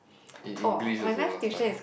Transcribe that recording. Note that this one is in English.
in English also last time